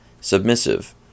submissive